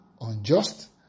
unjust